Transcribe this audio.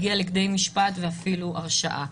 הגיע לכדי משפט ואפילו הרשעה.